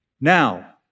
Now